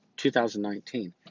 2019